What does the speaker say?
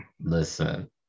Listen